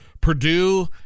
purdue